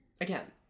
Again